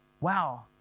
Wow